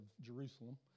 Jerusalem